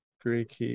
Greek